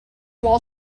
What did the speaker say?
wall